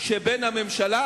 שבין הממשלה,